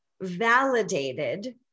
validated